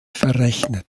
verrechnet